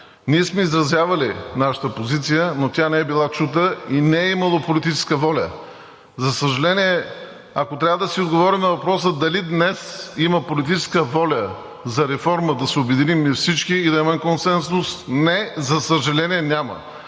Ние сме изразявали нашата позиция, но тя не е била чута и не е имало политическа воля. За съжаление, ако трябва да си отговорим на въпроса дали днес има политическа воля за реформа да се обединим всички и да имаме консенсус – не, за съжаление, няма.